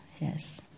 Yes